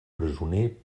presoner